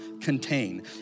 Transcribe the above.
contain